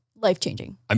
life-changing